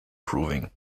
proving